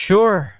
Sure